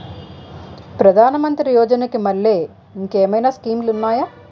ప్రధాన మంత్రి యోజన కి మల్లె ఇంకేమైనా స్కీమ్స్ ఉన్నాయా?